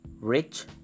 Rich